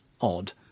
odd